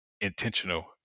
intentional